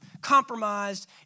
compromised